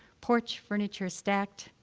porch furniture stacked,